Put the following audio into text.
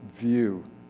view